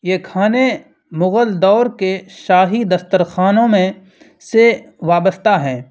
یہ کھانے مغل دور کے شاہی دسترخوانوں میں سے وابستہ ہیں